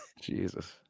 Jesus